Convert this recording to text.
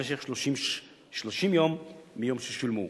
במשך 30 ימים מיום ששולמו".